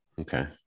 okay